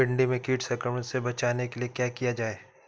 भिंडी में कीट संक्रमण से बचाने के लिए क्या किया जाए?